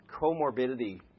Comorbidity